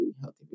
healthy